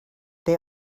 they